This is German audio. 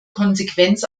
konsequenz